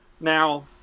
Now